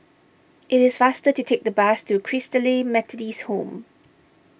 it is faster to take the bus to Christalite Methodist Home